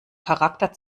charakter